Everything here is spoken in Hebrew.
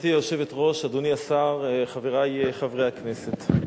גברתי היושבת-ראש, אדוני השר, חברי חברי הכנסת,